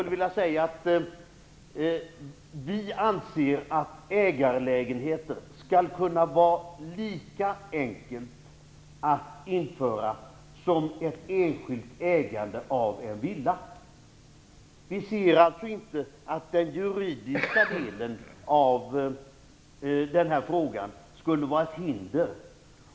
Vi anser att det skall kunna vara lika enkelt att äga en lägenhet som att äga en villa. Vi ser alltså inte att den juridiska delen av den här frågan skulle vara ett hinder.